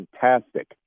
fantastic